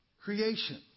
creation